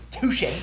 Touche